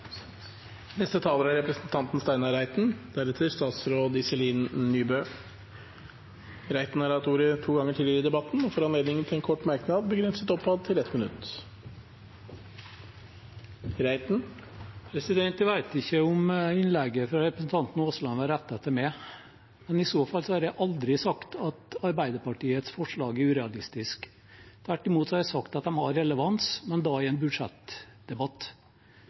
Representanten Steinar Reiten har hatt ordet to ganger tidligere og får ordet til en kort merknad, begrenset til 1 minutt. Jeg vet ikke om innlegget fra representanten Aasland var rettet til meg, men i så fall har jeg aldri sagt at Arbeiderpartiets forslag er urealistiske. Tvert imot har jeg sagt at de har relevans, men da i en budsjettdebatt.